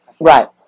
Right